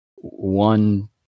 one